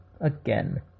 Again